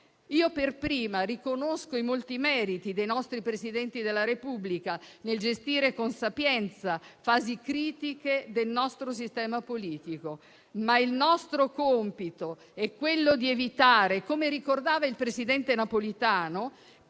Io per prima riconosco i molti meriti dei nostri Presidenti della Repubblica nel gestire con sapienza fasi critiche del nostro sistema politico. Il nostro compito è però evitare - come ricordava il presidente Napolitano